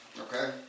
Okay